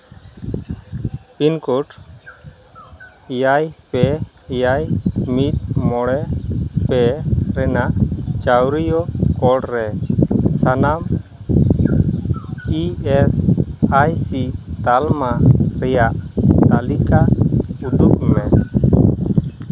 pin code ᱮᱭᱟᱭ ᱯᱮ ᱮᱭᱟᱭ ᱢᱤᱫ ᱢᱚᱬᱮ ᱯᱮ ᱨᱮᱱᱟᱜ ᱪᱟᱹᱣᱨᱤᱭᱟᱹ ᱠᱚᱲ ᱨᱮ ᱥᱟᱱᱟᱢ ᱤ ᱮᱥ ᱟᱭ ᱥᱤ ᱨᱮᱭᱟᱜ ᱛᱟᱞᱢᱟ ᱨᱮᱭᱟᱜ ᱛᱟᱹᱞᱤᱠᱟ ᱩᱫᱩᱜ ᱢᱮ